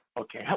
Okay